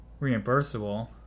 reimbursable